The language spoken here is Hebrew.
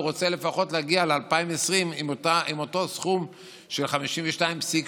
ורוצה לפחות להגיע ל-2020 עם אותו סכום של 52.8,